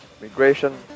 Migration